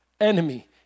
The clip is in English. enemy